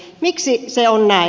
miksi se on näin